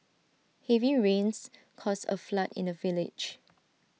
heavy rains caused A flood in the village